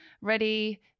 ready